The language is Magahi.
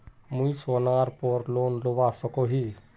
मुई सोनार पोर लोन लुबा सकोहो ही?